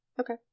Okay